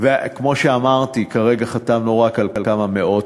וכמו שאמרתי, כרגע חתמנו רק על כמה מאות,